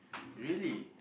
really